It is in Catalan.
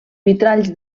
vitralls